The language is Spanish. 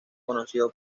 conocido